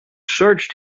searched